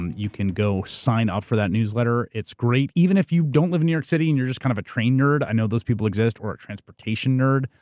you can go sign up for that newsletter. it's great, even if you don't live in new york city, and you're just kind of a train nerd. i know those people exist, or a transportation nerd.